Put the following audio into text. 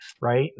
right